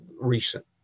recent